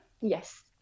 yes